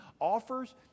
offers